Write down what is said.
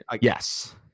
Yes